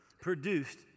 produced